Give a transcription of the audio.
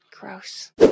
Gross